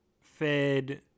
fed